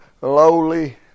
lowly